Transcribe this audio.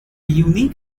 unique